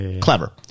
clever